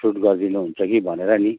suit गरिदिनुहुन्छ कि भनेर नि